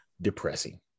depressing